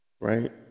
Right